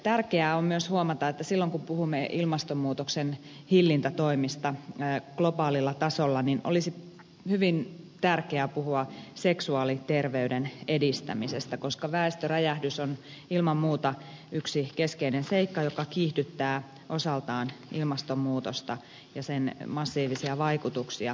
tärkeää on myös huomata että silloin kun puhumme ilmastonmuutoksen hillintätoimista globaalilla tasolla olisi hyvin tärkeä puhua seksuaaliterveyden edistämisestä koska väestöräjähdys on ilman muuta yksi keskeinen seikka joka kiihdyttää osaltaan ilmastonmuutosta ja sen massiivisia vaikutuksia